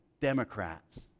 Democrats